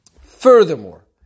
Furthermore